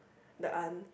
the aunt